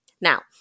Now